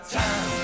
time